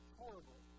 horrible